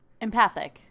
Empathic